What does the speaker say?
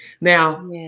Now